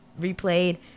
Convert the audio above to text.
replayed